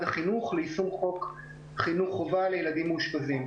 החינוך ליישום חוק חינוך חובה לילדים מאושפזים.